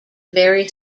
very